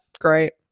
great